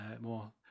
more